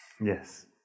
Yes